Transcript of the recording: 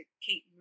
keep